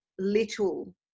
little